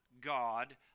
God